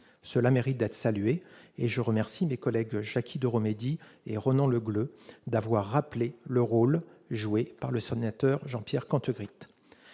Cela mérite d'être salué, et je remercie mes collègues Jacky Deromedi et Ronan Le Gleut d'avoir rappelé le rôle joué par l'ancien sénateur Jean-Pierre Cantegrit.